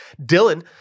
Dylan